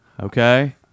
okay